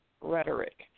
rhetoric